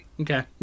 Okay